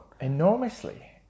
Enormously